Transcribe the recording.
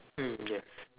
mm yes